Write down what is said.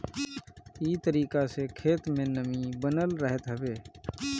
इ तरीका से खेत में नमी बनल रहत हवे